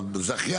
זה השוליים.